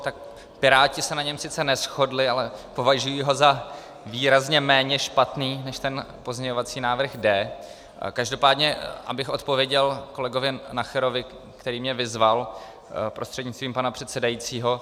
Tak Piráti se na něm sice neshodli, ale považují ho za výrazně méně špatný než ten pozměňovací návrh D. Každopádně, abych odpověděl kolegovi Nacherovi, který mě vyzval, prostřednictvím pana předsedajícího.